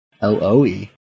L-O-E